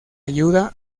ayuda